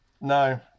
no